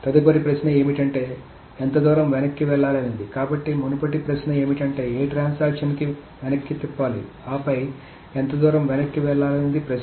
తదుపరి ప్రశ్న ఏమిటంటే ఎంత దూరం వెనక్కి వెళ్లాలనేది కాబట్టి మునుపటి ప్రశ్న ఏమిటంటే ఏ ట్రాన్సాక్షన్ ని వెనక్కి తిప్పాలి ఆపై ఎంత దూరం వెనక్కి వెళ్లాలనేది ప్రశ్న